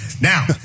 Now